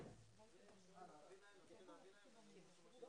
"ממדים ללימודים".